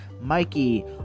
Mikey